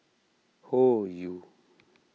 Hoyu